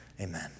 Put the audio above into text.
Amen